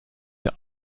der